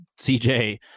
CJ